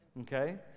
Okay